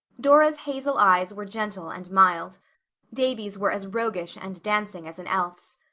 dora's hazel eyes were gentle and mild davy's were as roguish and dancing as an elf's.